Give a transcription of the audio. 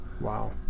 Wow